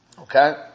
okay